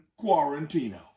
Quarantino